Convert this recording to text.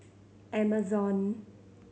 Amazon